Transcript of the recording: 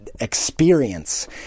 experience